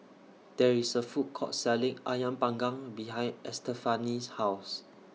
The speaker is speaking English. There IS A Food Court Selling Ayam Panggang behind Estefani's House